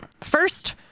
first